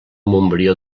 montbrió